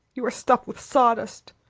you are stuffed with sawdust.